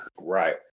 right